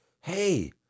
hey